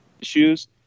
issues